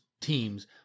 teams